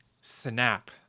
Snap